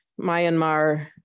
Myanmar